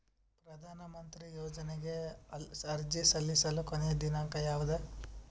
ಪ್ರಧಾನ ಮಂತ್ರಿ ಯೋಜನೆಗೆ ಅರ್ಜಿ ಸಲ್ಲಿಸಲು ಕೊನೆಯ ದಿನಾಂಕ ಯಾವದು?